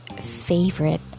favorite